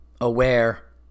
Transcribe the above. aware